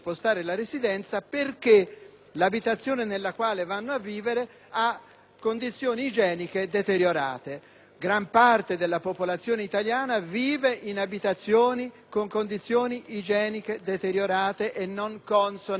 condizioni igieniche deteriorate. Gran parte della popolazione italiana vive in abitazioni con condizioni igieniche deteriorate, non consone e non rispettose dei parametri ufficiali.